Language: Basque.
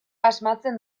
asmatzen